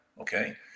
okay